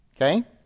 okay